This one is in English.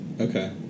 Okay